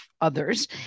others